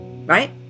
right